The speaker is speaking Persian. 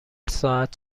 ساعت